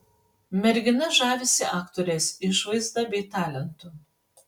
mergina žavisi aktorės išvaizda bei talentu